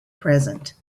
present